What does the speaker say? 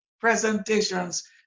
presentations